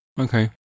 Okay